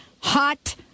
hot